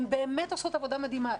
הן באמת עושות עבודה מדהימה.